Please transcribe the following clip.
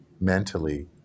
mentally